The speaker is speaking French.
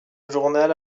journal